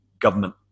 government